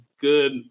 good